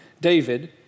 David